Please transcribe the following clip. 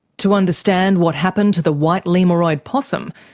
to understand what happened to the white lemuroid possum,